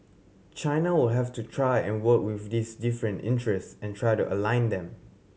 China will have to try and work with these different interests and try to align them